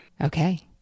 Okay